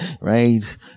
right